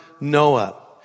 Noah